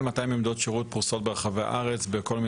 שיפור השירות בכלל,